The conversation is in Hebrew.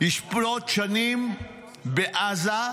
לשלוט שנים בעזה,